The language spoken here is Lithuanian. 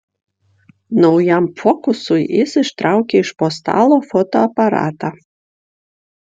naujam fokusui jis ištraukė iš po stalo fotoaparatą